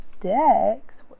dex